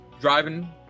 driving